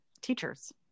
teachers